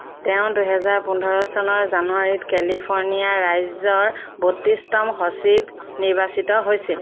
তেওঁ দুহেজাৰ পোন্ধৰ চনৰ জানুৱাৰীত কেলিফৰ্ণিয়া ৰাজ্যৰ বত্ৰিছতম সচিব নিৰ্বাচিত হৈছিল